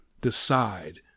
decide